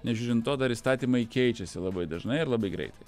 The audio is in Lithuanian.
nežiūrint to dar įstatymai keičiasi labai dažnai ir labai greitai